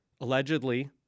allegedly